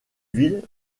ville